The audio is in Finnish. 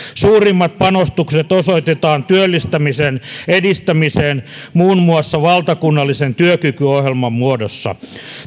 suurimmat panostukset osoitetaan työllistämisen edistämiseen muun muassa valtakunnallisen työkykyohjelman muodossa